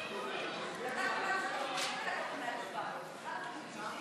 של חברת הכנסת אורלי לוי